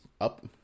up